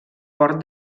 port